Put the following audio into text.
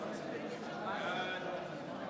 סעיפים 1 2